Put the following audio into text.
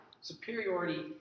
superiority